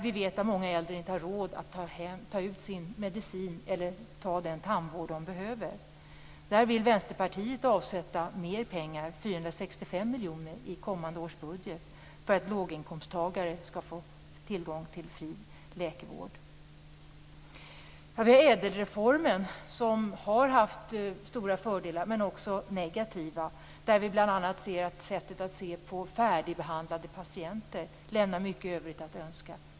Vi vet att många äldre inte har råd att ta ut sin medicin eller att betala den tandvård de behöver. Vänsterpartiet vill avsätta mer pengar, 465 miljoner i kommande års budget, för att låginkomsttagare skall få tillgång till fri läkarvård. Ädelreformen har haft stora fördelar, men också varit negativ. Sättet att se på färdigbehandlade patienter lämnar mycket övrigt att önska.